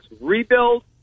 rebuild